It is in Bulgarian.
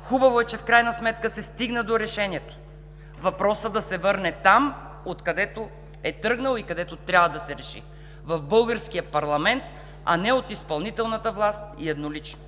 Хубаво е, че в крайна сметка се стигна до решението въпросът да се върне там, откъдето е тръгнал и където трябва да се реши – в българския парламент, а не от изпълнителната власт и еднолично.